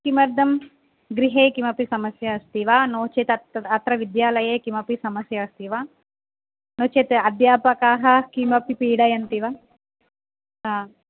किमर्थं गृहे किमपि समस्या अस्ति वा नो अत्र विद्यालये किमपि समस्या अस्ति वा नो चेत् अध्यापकाः किमपि पीडयन्ति वा हा